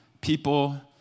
People